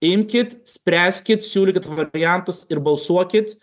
imkit spręskit siūlykit variantus ir balsuokit